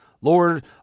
Lord